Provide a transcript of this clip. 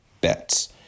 bets